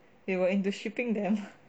they were into shipping them